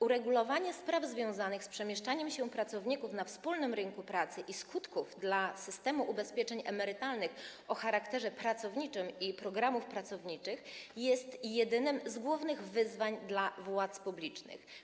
Uregulowanie spraw związanych z przemieszczaniem się pracowników na wspólnym rynku pracy i skutkami tego dla systemu ubezpieczeń emerytalnych o charakterze pracowniczym oraz dla programów pracowniczych jest jednym z głównych wyzwań dla władz publicznych.